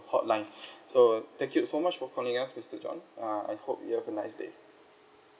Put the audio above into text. hotline so thank you so much for calling us mister john uh I hope you have a nice day